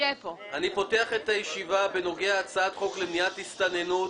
אני פותח את הישיבה בהצעת חוק למניעת הסתננות